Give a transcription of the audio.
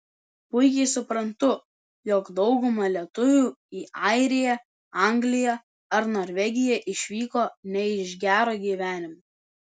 puikiai suprantu jog dauguma lietuvių į airiją angliją ar norvegiją išvyko ne iš gero gyvenimo